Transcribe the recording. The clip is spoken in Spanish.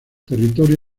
territorio